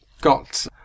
got